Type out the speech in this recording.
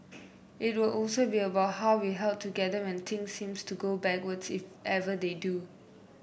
it will also be about how we held together when things seemed to go backwards if ever they do